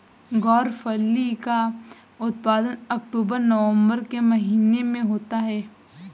ग्वारफली का उत्पादन अक्टूबर नवंबर के महीने में होता है